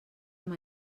amb